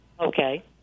Okay